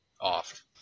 off